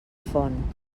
font